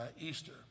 Easter